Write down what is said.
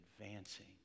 advancing